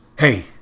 Hey